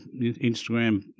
Instagram